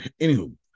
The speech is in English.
anywho